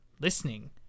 listening